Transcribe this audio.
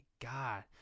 god